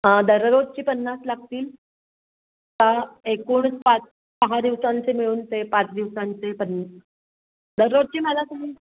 दररोजची पन्नास लागतील का एकूण पाच सहा दिवसांचे मिळून ते पाच दिवसांचे दररोजची मला तुम्ही